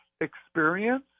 experience